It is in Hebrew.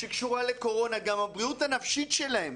שקשורה לקורונה, גם הבריאות הנפשית שלהם,